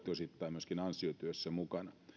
osittain myöskin ansiotyössä mukana